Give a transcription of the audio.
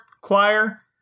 choir